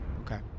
Okay